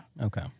Okay